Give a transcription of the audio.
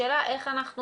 השאלה איך אנחנו